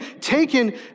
taken